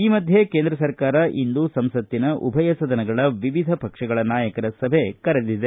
ಈ ಮಧ್ಯೆ ಕೇಂದ್ರ ಸರ್ಕಾರ ಇಂದು ಸಂಸತ್ತಿನ ಉಭಯ ಸದನಗಳ ವಿವಿಧ ಪಕ್ಷಗಳ ನಾಯಕರ ಸಭೆ ಕರೆದಿದೆ